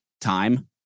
time